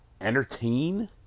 entertain